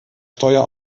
steuer